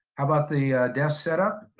about the desk set up?